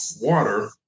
water